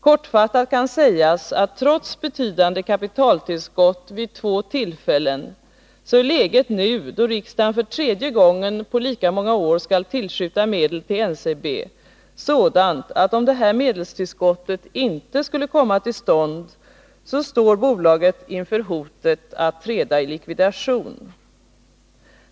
Kortfattat kan sägas att trots betydande kapitaltillskott vid två tillfällen är läget nu, då riksdagen för tredje gången på lika många år skall tillskjuta medel till NCB, sådant att om detta medelstillskott inte skulle komma till stånd står bolaget inför hotet att träda i likvidation.